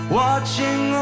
watching